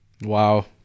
wow